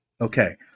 okay